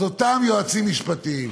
אז אותם יועצים משפטיים,